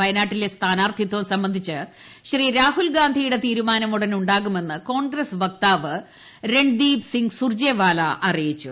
വയനാട്ടിലെ സ്ഥാനാർത്ഥിത്വം സംബന്ധിച്ച് രാഹുൽഗാന്ധിയുടെ തീരുമാനം ഉടൻ ഉണ്ടാകുമെന്ന് കോൺഗ്രസ്സ് വക്താവ് രൺദീപ് സിംഗ് സുർജേവാല അറിയിച്ചു